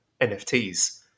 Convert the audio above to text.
nfts